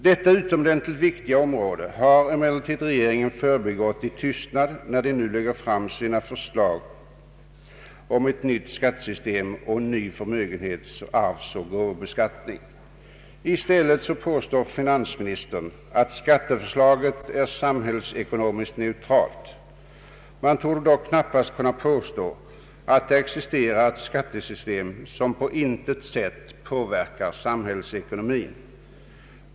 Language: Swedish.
Detta utomordentligt viktiga område har emellertid regeringen förbigått med tystnad när den nu lägger fram sina förslag om ett nytt skattesystem och en ny förmögenhets-, arvsoch gåvobeskattning. I stället påstår finansministern att skatteförslaget är samhällsekonomiskt neutralt, Man torde dock knappast kunna påstå att det existerar ett skattesystem som på intet sätt påverkar samhällsekonomin.